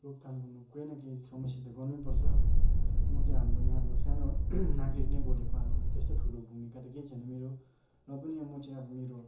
रोकथाम गर्नु केही न केही समस्या त गर्नैपर्छ म चाहिँ हाम्रो यहाँ अब सानो नागरिक नै बोलेको अब त्यस्तो ठुलो भूमिका त केही छैन मेरो र पनि अब म चाहिँ अब मेरो